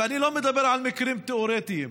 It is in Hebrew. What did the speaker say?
ואני לא מדבר על מקרים תיאורטיים,